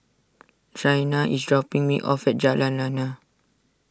Shaina is dropping me off at Jalan Lana